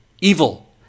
evil